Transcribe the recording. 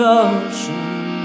ocean